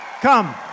Come